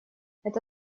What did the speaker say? это